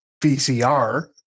VCR